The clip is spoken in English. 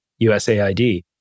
USAID